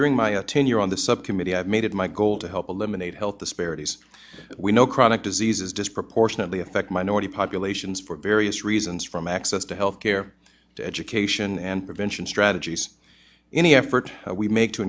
during my tenure on the subcommittee i made it my goal to help eliminate health disparities we know chronic diseases disproportionately affect minority populations for various reasons from access to health care to education and prevention strategies any effort we make to